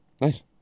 Nice